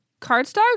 cardstock